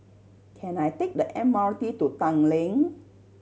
can I take the M R T to Tanglin